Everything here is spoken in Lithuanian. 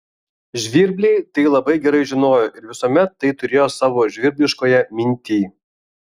žvirbliai tai labai gerai žinojo ir visuomet tai turėjo savo žvirbliškoje mintyj